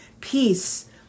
peace